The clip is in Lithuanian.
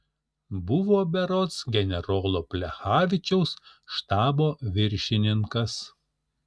buvo berods generolo plechavičiaus štabo viršininkas